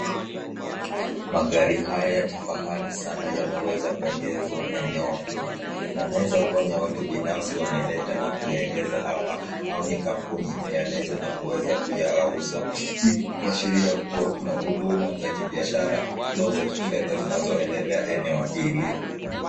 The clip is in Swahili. Magari haya ya kifarari sana yanaweza kuegezwa eneo hili, yanaeza kuwa ni ya watu binafsi wameleta kuegeza hapa au ni kampuni imeyaleta na kuweza kuuza kuashiria kuwa kuna huduma za kibiashara au za kifedha zinazoendelea eneo hili.